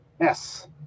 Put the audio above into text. yes